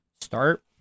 start